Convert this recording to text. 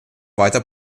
weiter